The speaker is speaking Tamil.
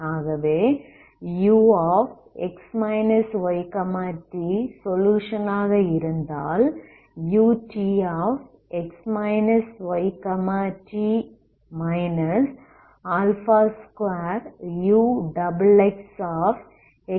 ஆகவே ux ytசொலுயுஷன் ஆக இருந்தால் utx yt 2uxxx yt0